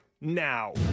now